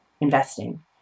investing